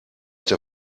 der